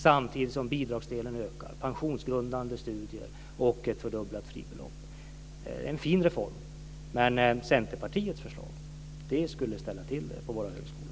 Samtidigt ökar bidragsdelen, studierna blir pensionsgrundande och fribeloppet fördubblas. Det är en fin reform, men Centerpartiets system skulle ställa till det på våra högskolor.